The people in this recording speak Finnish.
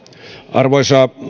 arvoisa